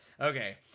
Okay